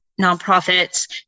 nonprofits